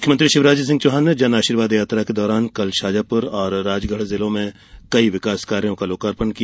मुख्यमंत्री शिवराज सिंह चौहान ने जनआशीर्वाद यात्रा के दौरान कल शाजापूर और राजगढ़ जिलों में कई विकास कार्यो का लोकार्पण किया